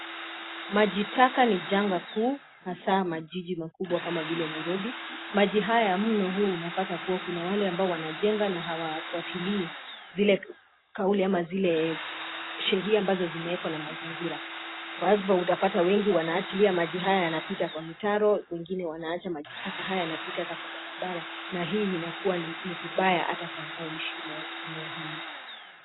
Maji taka ni janga kuu hasa majiji makubwa kama vile Nairobi. Maji haya mno huu unapata kuwa kuna wale ambao wanajenga na hawafuatilii zile kauli ama zile sheria ambazo zimewekwa na mazingira kwa hivyo utapata wengi wanaachilia maji haya kupita kwa mitaro wengine wanaacha maji taka haya yanapita hata kwa barabara na hii inakua ni vibaya hata kwa wanaoishi maeneo haya.